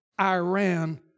Iran